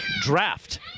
draft